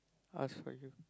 ask for you